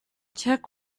check